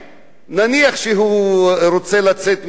נניח שהוא רוצה לצאת ידי חובה,